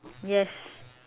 yes